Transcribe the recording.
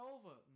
over